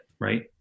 right